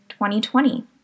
2020